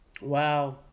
Wow